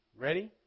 ready